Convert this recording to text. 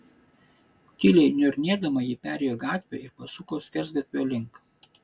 tyliai niurnėdama ji perėjo gatvę ir pasuko skersgatvio link